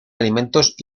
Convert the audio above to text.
alimentos